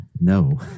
No